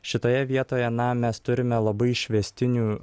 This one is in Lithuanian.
šitoje vietoje na mes turime labai išvestinių